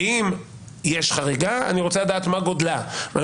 אם יש חריגה אני רוצה לדעת מהו גודלה; אני